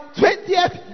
20th